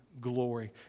glory